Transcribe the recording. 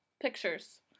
pictures